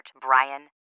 Brian